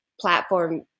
platform